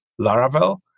Laravel